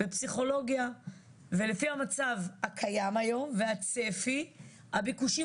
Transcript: בפסיכולוגיה ולפי המצב הקיים היום והצפי הביקושים